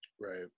Right